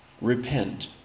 repent